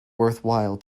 worthwhile